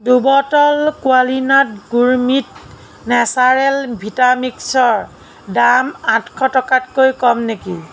দুবটল কুৱালীনাট gourmet natural ভিটামিক্সৰ দাম আঠশ টকাতকৈ কম নেকি